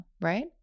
right